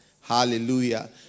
Hallelujah